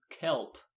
kelp